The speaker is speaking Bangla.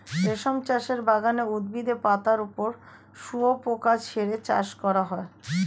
রেশম চাষের বাগানে উদ্ভিদের পাতার ওপর শুয়োপোকা ছেড়ে চাষ করা হয়